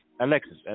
Alexis